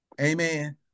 Amen